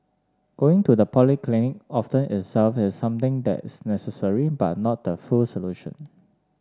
going to the polyclinic often itself is something that's necessary but not the full solution